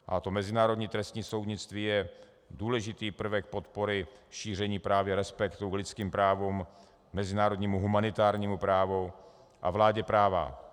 A to mezinárodní trestní soudnictví je důležitý prvek podpory šíření právě respektu k lidským právům, mezinárodnímu humanitárnímu právu a vládě práva.